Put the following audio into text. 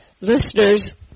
Listeners